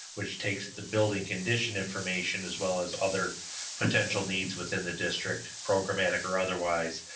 which takes the building condition information as well as other potential needs within the district, programmatic or otherwise,